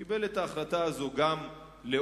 הוא קיבל את ההחלטה הזאת גם לאור